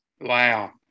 Wow